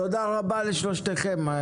תודה רבה לשלושתכם.